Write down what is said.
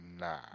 nah